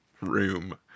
room